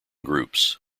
groups